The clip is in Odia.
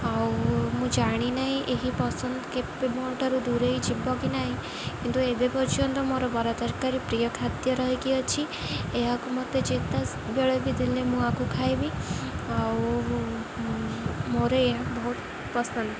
ଆଉ ମୁଁ ଜାଣିନାହିଁ ଏହି ପସନ୍ଦ କେବେ ମୋ ଠାରୁ ଦୂରେଇ ଯିବ କି ନହିଁ କିନ୍ତୁ ଏବେ ପର୍ଯ୍ୟନ୍ତ ମୋର ବରା ତରକାରୀ ପ୍ରିୟ ଖାଦ୍ୟ ରହିକି ଅଛି ଏହାକୁ ମୋତେ ଯେତେବେଳେ ବି ଦେଲେ ମୁଁ ଏହାକୁ ଖାଇବି ଆଉ ମୋର ଏହା ବହୁତ ପସନ୍ଦ